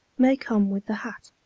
may come with the hat.